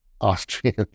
Austrian